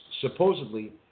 supposedly